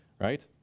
right